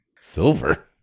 Silver